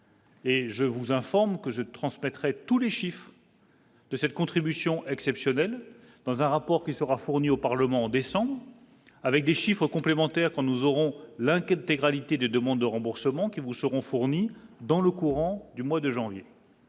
Et je vous informe que je transmettrai tous les chiffres. De cette contribution exceptionnelle dans un rapport qui sera fourni au Parlement décembre avec des chiffres complémentaires quand nous aurons l'inquiétait gravité de demandes de remboursement qui vous seront fournies dans le courant du mois de janvier.